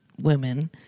women